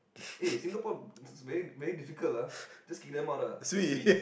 eh Singapore very very difficult lah just kick them out ah swee